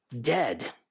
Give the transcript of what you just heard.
Dead